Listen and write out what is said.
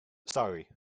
sorry